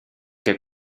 che